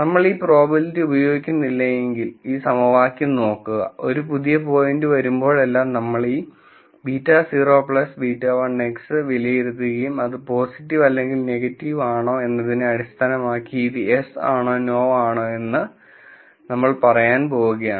നമ്മൾ ഈ പ്രോബബിലിറ്റി ഉപയോഗിക്കുന്നില്ലെങ്കിൽ ഈ സമവാക്യം നോക്കുക ഒരു പുതിയ പോയിന്റ് വരുമ്പോഴെല്ലാം നമ്മൾ ഈ β0 β1 x വിലയിരുത്തുകയും അത് പോസിറ്റീവ് അല്ലെങ്കിൽ നെഗറ്റീവ് ആണോ എന്നതിനെ അടിസ്ഥാനമാക്കി ഇത് yes ആണോ no ആണോ എന്ന് നമ്മൾ പറയാൻ പോവുകയാണ്